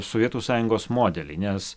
sovietų sąjungos modelį nes